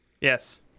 Yes